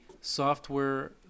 software